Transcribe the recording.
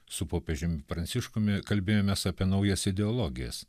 su popiežiumi pranciškumi kalbėjomės apie naujas ideologijas